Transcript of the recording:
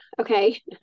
okay